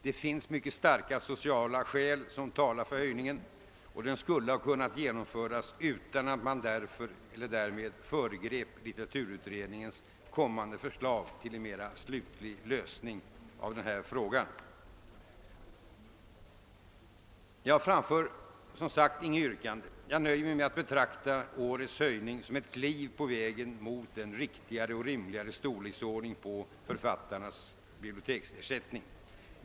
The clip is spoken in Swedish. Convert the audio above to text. Det finns mycket starka sociala skäl som talar för den höjningen, och den skulle ha kunnat genomföras utan att man därmed föregrepe litteraturutredningens kommande förslag till en mera slutlig lösning av denna fråga. Jag skall som sagt inte ställa något yrkande i dag utan nöjer mig med att betrakta årets höjning som ett steg på vägen mot en riktigare och rimligare storleksordning på författarnas biblioteksersättning.